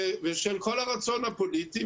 ושל כל הרצון הפוליטי,